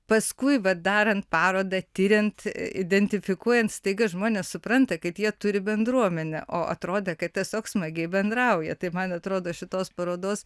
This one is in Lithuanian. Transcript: paskui va darant parodą tiriant identifikuojant staiga žmonės supranta kad jie turi bendruomenę o atrodė kad tiesiog smagiai bendrauja tai man atrodo šitos parodos